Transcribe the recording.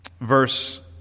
verse